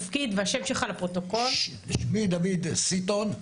שמי דוד סיטון.